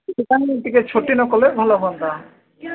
exam ରେ ଟିକେ ଛୁଟି ନ କଲେ ଭଲ ହୁଅନ୍ତା